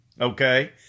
okay